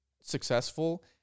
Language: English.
successful